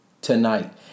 tonight